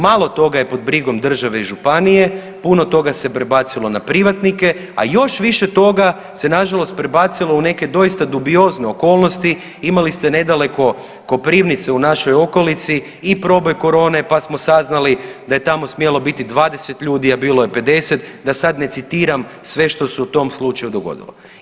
Malo toga je pod brigom države i županije, puno toga se prebacilo na privatnike, a još više toga se nažalost prebacilo u neke doista dubiozne okolnosti, imali ste nedaleko Koprivnice, u našoj okolici i proboj Corone, pa samo saznali da je tamo smjelo biti 20 ljudi, a bilo je 50, da sad ne citiram sve što se u tom slučaju dogodilo.